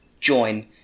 join